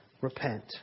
repent